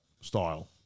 style